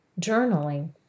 journaling